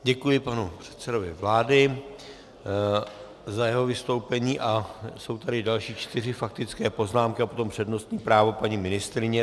Děkuji panu předsedovi vlády za jeho vystoupení a jsou tady další čtyři faktické poznámky a potom přednostní právo paní ministryně.